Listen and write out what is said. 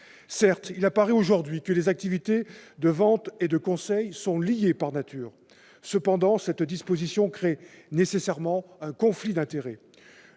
Certes, il apparaît aujourd'hui que les activités de vente et de conseil sont liées par nature. Cependant, cette situation crée nécessairement un conflit d'intérêts.